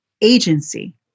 agency